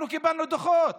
אנחנו קיבלנו דוחות.